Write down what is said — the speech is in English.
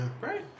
right